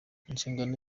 inshingano